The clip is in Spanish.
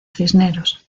cisneros